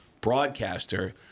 broadcaster